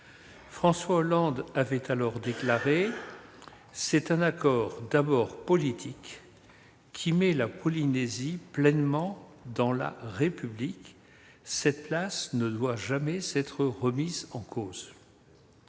François Hollande avait alors déclaré :« C'est un accord d'abord politique, qui met la Polynésie pleinement dans la République. Cette place ne doit jamais être remise en cause.